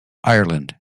ireland